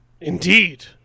indeed